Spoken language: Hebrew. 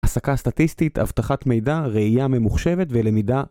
הסקה סטטיסטית, אבטחת מידע, ראייה ממוחשבת ולמידה.